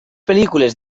pel·lícules